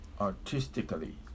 artistically